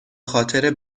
خاطر